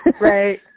Right